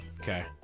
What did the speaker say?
Okay